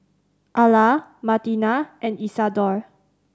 Alla Martina and Isadore